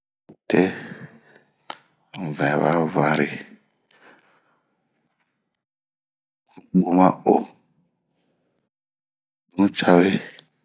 tee ,ŋɛwaŋanre, bwoma-oo ,cuncawe